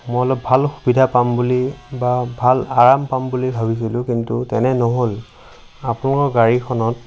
মই অলপ ভাল সুবিধা পাম বুলি বা ভাল আৰাম পাম বুলি ভাবিছিলোঁ কিন্তু তেনে নহ'ল আপোনালোকৰ গাড়ীখনত